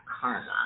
karma